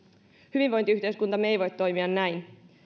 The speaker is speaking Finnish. hyvinvointiyhteiskuntamme ei voi toimia näin